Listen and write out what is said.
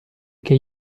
che